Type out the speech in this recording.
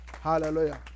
Hallelujah